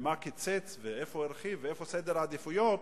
ומה קיצץ ואיפה הרחיב ואיפה סדר העדיפויות,